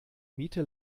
miete